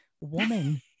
woman